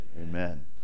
amen